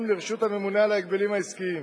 לרשות הממונה על ההגבלים העסקיים.